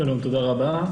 שלום ותודה רבה.